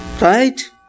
Right